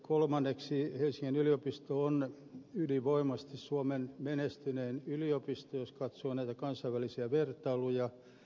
kolmanneksi helsingin yliopisto on ylivoimaisesti suomen menestynein yliopisto jos katsoo näitä kansainvälisiä vertailuja